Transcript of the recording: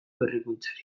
berrikuntzarik